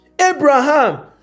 Abraham